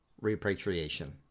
repatriation